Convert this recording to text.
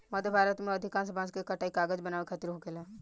मध्य भारत में अधिकांश बांस के कटाई कागज बनावे खातिर होखेला